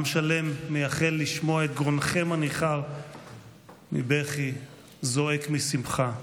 עם שלם מייחל לשמוע גרונכם הניחר מבכי זועק משמחה,